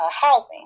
housing